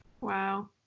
Wow